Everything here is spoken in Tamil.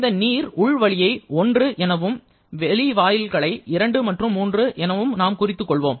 இந்த நீர் உள் வழியை 1 எனவும் வெளி வாயில்களை 2 மற்றும் 3 எனவும் குறித்துக் கொள்வோம்